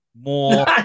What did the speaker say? more